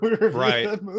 Right